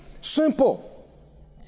Simple